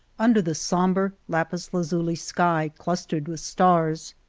under the sombre, lapis-lazuli sky clustered with stars.